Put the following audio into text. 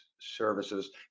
services